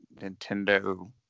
Nintendo